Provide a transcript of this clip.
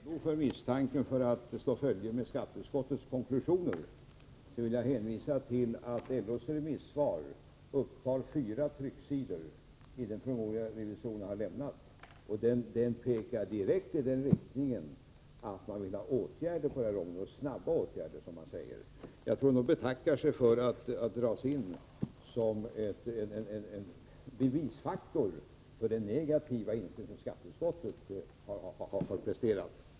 Herr talman! För att fria LO från misstanken att slå följe med skatteutskottets konklusioner vill jag hänvisa till att LO:s remissvar upptar fyra trycksidor i den promemoria revisorerna har lämnat och att svaret pekar direkt i den riktningen att man vill ha åtgärder på området — snabba åtgärder, som man säger. Jag tror att LO betackar sig för att dras in som en faktor till stöd för det negativa yrkande skatteutskottet presenterar.